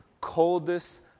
coldest